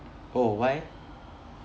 oh why eh